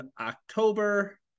October